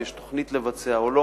אם יש תוכנית לבצע או לא.